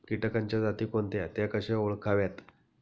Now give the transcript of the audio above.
किटकांच्या जाती कोणत्या? त्या कशा ओळखाव्यात?